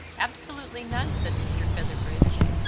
absolutely none, said mr. featherbridge.